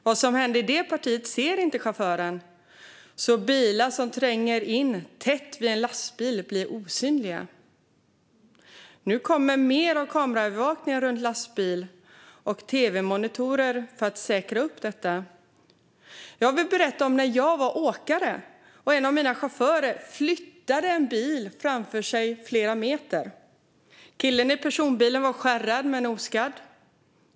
Vad som händer i det partiet ser inte chauffören, så bilar som tränger sig in tätt vid en lastbil blir osynliga. Nu kommer mer av kameraövervakning runt lastbilar och tv-monitorer för att säkra upp detta. Jag vill berätta om när jag var åkare och en av mina chaufförer flyttade en bil framför sig flera meter. Killen i personbilen var skärrad men oskadd.